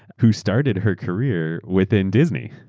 who started her career within disney.